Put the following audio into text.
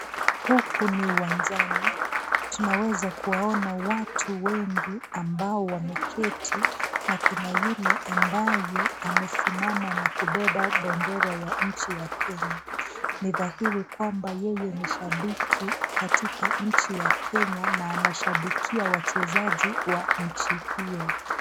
Huku ni uwanjani. Tunaweza kuwaona watu wengi ambao wameketi na kuna yule ambaye amesimama na kubeba bendera ya nchi ya Kenya. Ni dhahiri kwamba yeye ni shabiki katika nchi ya Kenya na anashabikia wachezaji wa nchi hiyo.